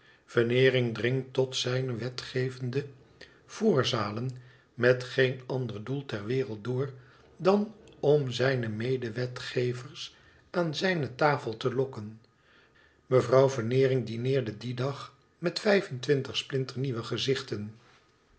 veneering dringt tot zijne wetgevende voorzalen met geen ander doel ter wereld door dan om zijne mede wetgevers aan zijne tafel te lokken mevrouw veneering dbeerde dien dag met vijf en twintig splinternieuwe gezichten